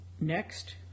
Next